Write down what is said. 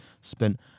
spent